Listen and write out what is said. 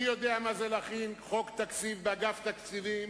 אני יודע מה זה להכין חוק תקציב באגף תקציבים.